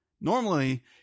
Normally